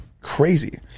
Crazy